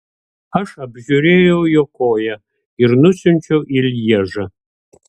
aš apžiūrėjau jo koją ir nusiunčiau į lježą